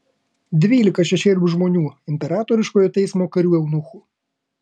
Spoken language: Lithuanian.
dvylika šešėlių žmonių imperatoriškojo teismo karių eunuchų